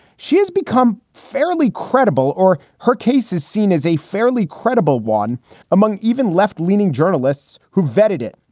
she has become fairly credible or her case is seen as a fairly credible one among even left leaning journalists who vetted it.